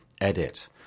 edit